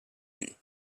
you